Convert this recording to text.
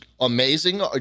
amazing